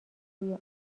روی